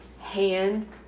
hand